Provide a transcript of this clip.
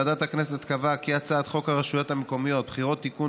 ועדת הכנסת קבעה כי הצעת חוק הרשויות המקומיות (בחירות) (תיקון,